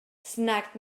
snagged